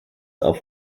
auf